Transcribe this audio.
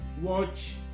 Watch